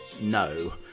no